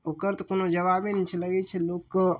ओकर तऽ कोनो जवाबे नहि छै लगै छै लोकके